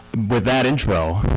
with that intro,